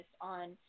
on